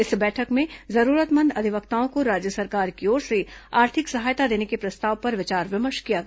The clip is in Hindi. इस बैठक में जरूरतमंद अधिवक्ताओं को राज्य सरकार की ओर से आर्थिक सहायता देने के प्रस्ताव पर विचार विमर्श किया गया